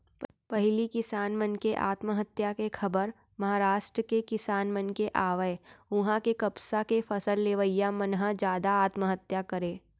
पहिली किसान मन के आत्महत्या के खबर महारास्ट के किसान मन के आवय उहां के कपसा के फसल लेवइया मन ह जादा आत्महत्या करय